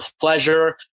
pleasure